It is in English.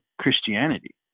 Christianity